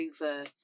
over